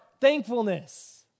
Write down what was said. thankfulness